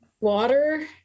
water